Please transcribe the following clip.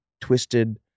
twisted